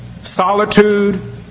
Solitude